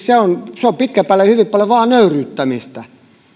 se on se on pitkän päälle hyvin paljon vain nöyryyttämistä